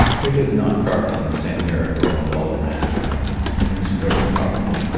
they lived not far from the seigneur who owned all the land around and was very powerful.